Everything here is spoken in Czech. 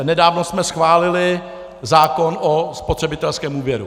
Nedávno jsme schválili zákon o spotřebitelském úvěru.